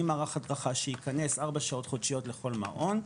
מערך הדרכה שייכנס ארבע שעות חודשיות לכל מעון,